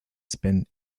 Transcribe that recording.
spin